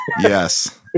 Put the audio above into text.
Yes